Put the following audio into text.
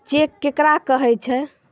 Cheque केकरा कहै छै?